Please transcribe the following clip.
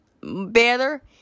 Better